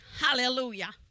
Hallelujah